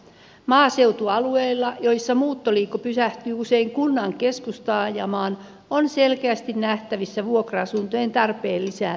maaseutualueilla joilla muuttoliike pysähtyy usein kunnan keskustaajamaan on selkeästi nähtävissä vuokra asuntojen tarpeen lisääntymistä